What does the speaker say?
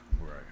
Right